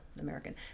American